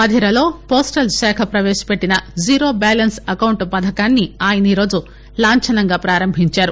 మధిరలో పోస్టల్శాఖ పవేశపెట్టిన zero balance account పథకాన్ని ఆయన ఈ రోజు లాంఛనంగా పారంభించారు